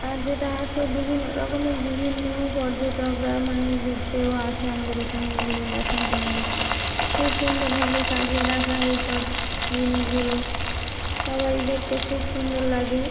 আর যেটা আছে বিভিন্ন রকমের বিভিন্ন পর্যটকরা মানে ঘুরতেও আসে আমাদের এখানে এগুলো দেখার জন্য খুব সুন্দরভাবে সাজিয়ে রাখা এইসব জিনিসগুলো সবারই দেখতে খুব সুন্দর লাগে